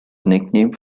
nickname